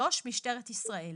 משטרת ישראל.